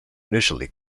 initially